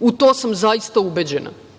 U to sam zaista ubeđena.I